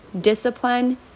Discipline